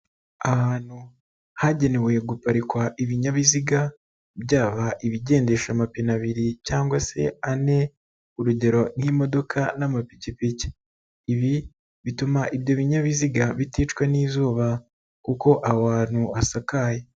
Ahantu hagenewe guparikwa ibinyabiziga, byaba ibigendesha amapine abiri cyangwa se ane, urugero nk'imodoka n'amapikipiki. Ibi bituma ibyo binyabiziga biticwa n'izuba kuko aho hantu hasakaye.